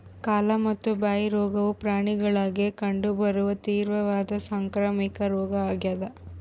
ಕಾಲು ಮತ್ತು ಬಾಯಿ ರೋಗವು ಪ್ರಾಣಿಗುಳಾಗ ಕಂಡು ಬರುವ ತೀವ್ರವಾದ ಸಾಂಕ್ರಾಮಿಕ ರೋಗ ಆಗ್ಯಾದ